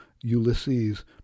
Ulysses